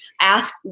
ask